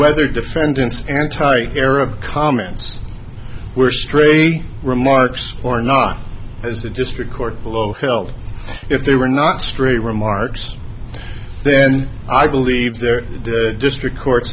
whether defendant's anti arab comments were strange remarks or not as the district court below held if they were not straight remarks then i believe their district courts